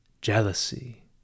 Jealousy